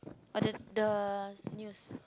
but the the news